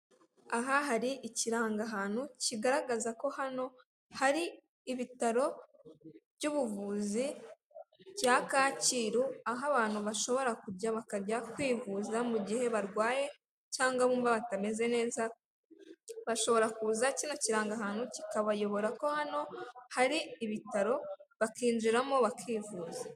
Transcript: Aha hari ikirangahantu kigaragaza ko hano hari ibitaro by'ubuvuzi bya Kacyiru aho abantu bashobora kujya bakajya kwivuza mu gihe barwaye cyangwa bumva batameze neza bashobora kuza kino kirangahantu kikabayobora ko hano hari ibitaro bakinjiramo bakivuza.